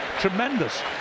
Tremendous